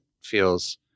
feels